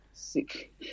sick